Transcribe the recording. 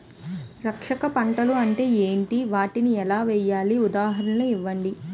రక్షక పంటలు అంటే ఏంటి? వాటిని ఎలా వేయాలి? ఉదాహరణలు ఇవ్వండి?